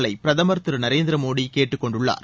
பொதுமக்களை பிரதமர் திரு நரேந்திர மோடி கேட்டுக்கொண்டுள்ளார்